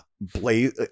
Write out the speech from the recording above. blaze